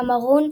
קמרון,